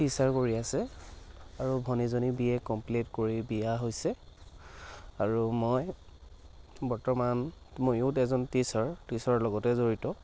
teacher কৰি আছে আৰু ভানীজনী বিএ কম্প্লিট কৰি বিয়া হৈছে আৰু মই বৰ্তমান ময়ো এজন টিচাৰ টিচাৰৰ লগতে জড়িত